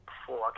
four